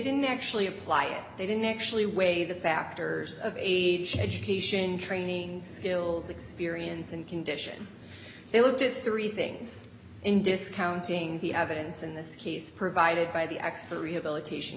didn't actually apply it they didn't actually weigh the factors of age education training skills experience and condition they looked at three things in discounting the evidence in this case provided by the expert rehabilitation